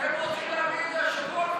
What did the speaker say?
אתם רוצים להביא את זה כבר השבוע.